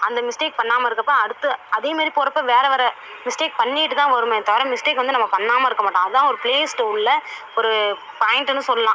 அந்த மிஸ்டேக் பண்ணாமல் இருந்தப்போ அடுத்து அதேமாரி போறப்போ வேறு வேறு மிஸ்டேக் பண்ணிவிட்டு தான் வருமே தவர மிஸ்டேக் வந்து நம்ம பண்ணாமல் இருக்கமாட்டோம் அதான் ஒரு ப்ளேஸ்ட்டு உள்ளே ஒரு பாயிண்ட்டுன்னு சொல்லாம்